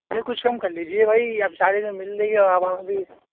جی کچھ کم کر لیجیے بھائی اب سارے جگہ مِل رہی ہے اب ہم بھی